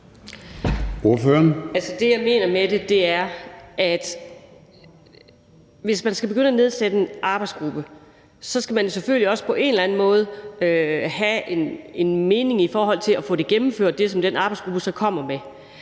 Det, jeg mener med det, er, at hvis man skal begynde at nedsætte en arbejdsgruppe, skal man selvfølgelig også på en eller anden måde mene, at man skal have det gennemført, som den arbejdsgruppe kommer med.